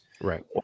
right